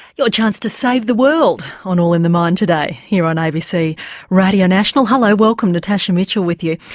your chance to save the world on all in the mind today here on abc radio national. hello, welcome, natasha mitchell with you.